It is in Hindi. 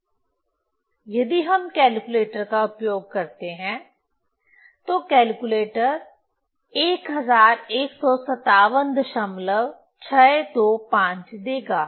यदि हम कैलकुलेटर का उपयोग करते हैं तो कैलकुलेटर 1157 दशमलव 625 देगा